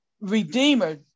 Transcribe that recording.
Redeemer